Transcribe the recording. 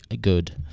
good